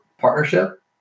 partnership